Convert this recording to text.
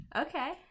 okay